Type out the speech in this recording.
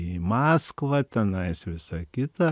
į maskvą tenais visa kita